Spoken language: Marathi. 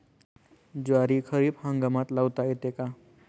ज्वारी खरीप हंगामात लावता येते का?